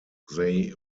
they